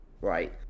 right